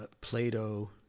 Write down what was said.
Plato